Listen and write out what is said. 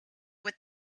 with